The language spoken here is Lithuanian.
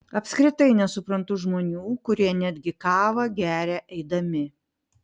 apskritai nesuprantu žmonių kurie netgi kavą geria eidami